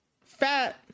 fat